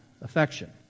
affection